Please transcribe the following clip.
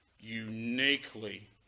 uniquely